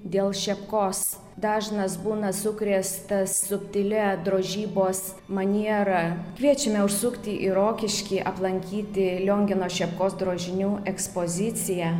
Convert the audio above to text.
dėl šepkos dažnas būna sukrėstas subtilia drožybos maniera kviečiame užsukti į rokiškį aplankyti liongino šepkos drožinių ekspoziciją